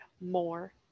more